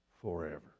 Forever